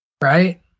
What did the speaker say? right